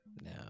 No